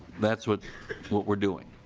that's what what we are doing.